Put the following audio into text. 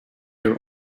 your